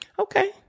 Okay